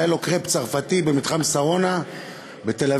שהיה לו קרפ צרפתי במתחם שרונה בתל-אביב,